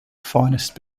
finest